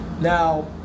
Now